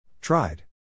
Tried